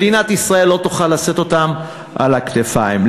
מדינת ישראל לא תוכל לשאת אותם על הכתפיים.